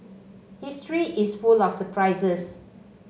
history is full of surprises